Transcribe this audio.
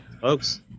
folks